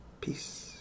Peace